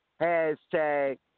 Hashtag